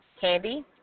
Candy